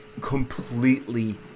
completely